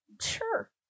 Sure